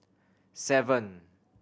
seven